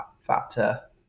factor